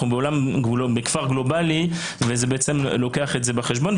אנחנו בכפר גלובלי וזה לוקח את זה בחשבון,